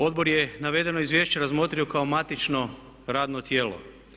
Odbor je navedeno izvješće razmotrio kao matično radno tijelo.